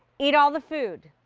eat all the food.